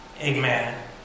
Amen